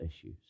issues